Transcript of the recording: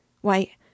Why